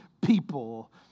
people